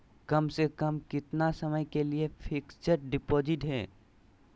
कम से कम कितना समय के लिए फिक्स डिपोजिट है?